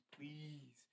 please